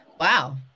Wow